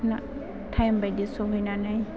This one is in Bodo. ना टाइम बायदि सौहैनाय